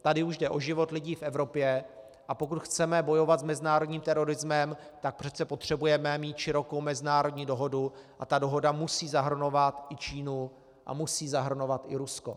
Tady už jde o život lidí v Evropě, a pokud chceme bojovat s mezinárodním terorismem, potřebujeme přece mít širokou mezinárodní dohodu a ta dohoda musí zahrnovat i Čínu a musí zahrnovat i Rusko.